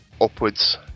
upwards